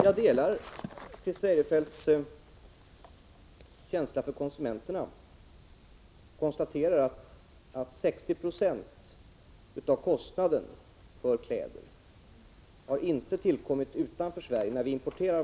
Jag delar Christer Eirefelts känsla för konsumenterna och konstaterar att 60 90 av kostnaden för importerade kläder inte tillkommit utanför Sverige utan i Sverige.